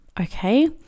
okay